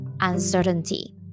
uncertainty